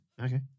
Okay